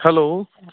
hello